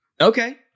Okay